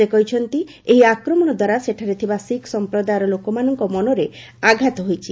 ସେ କହିଛନ୍ତି ଏହି ଆକ୍ରମଣ ଦ୍ୱାରା ସେଠାରେ ଥିବା ଶିଖ୍ ସଂପ୍ରଦାୟର ଲୋକମାନଙ୍କ ମନରେ ଆଘାତ ହୋଇଛି